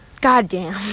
goddamn